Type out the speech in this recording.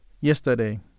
yesterday